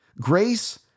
Grace